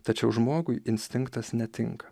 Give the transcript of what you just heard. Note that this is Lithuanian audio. tačiau žmogui instinktas netinka